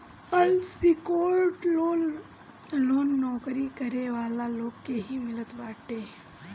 unsecured loan loan नोकरी करे वाला लोग के ही मिलत बाटे